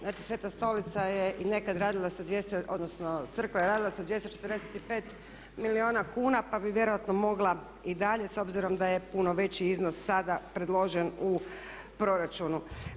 Znači, Sveta stolica je nekad radila sa 245 odnosno crkva je radila sa 245 milijuna kuna pa bi vjerojatno mogla i dalje s obzirom da je puno veći iznos sada predložen u proračunu.